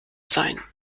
sein